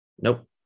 Nope